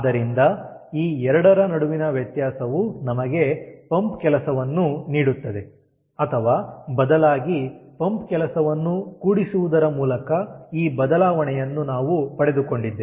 ಆದ್ದರಿಂದ ಈ ಎರಡರ ನಡುವಿನ ವ್ಯತ್ಯಾಸವು ನಮಗೆ ಪಂಪ್ ಕೆಲಸವನ್ನು ನೀಡುತ್ತದೆ ಅಥವಾ ಬದಲಾಗಿ ಪಂಪ್ ಕೆಲಸವನ್ನು ಕೂಡಿಸುವುದರ ಮೂಲಕ ಈ ಬದಲಾವಣೆಯನ್ನು ನಾವು ಪಡೆದುಕೊಂಡಿದ್ದೇವೆ